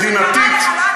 מדינתית,